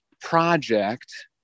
project